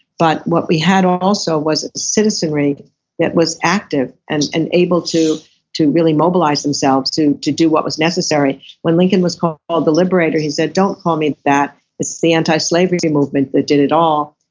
but what we had also was citizenry that was active and and able to to really mobilize themselves to to do what was necessary when lincoln was called the liberator. he said, don't call me that, it's the anti-slavery movement that did it all.